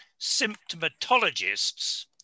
symptomatologists